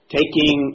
taking